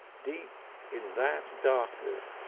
deep in that darkness,